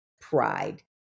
pride